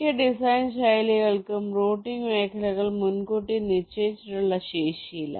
മിക്ക ഡിസൈൻ ശൈലികൾക്കും റൂട്ടിംഗ് മേഖലകൾക്ക് മുൻകൂട്ടി നിശ്ചയിച്ചിട്ടുള്ള ശേഷിയില്ല